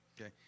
Okay